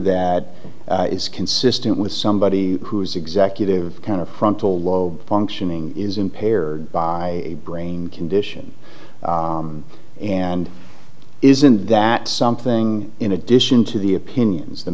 that is consistent with somebody who's executive kind of frontal lobe functioning is impaired by a brain condition and is a that something in addition to the opinions the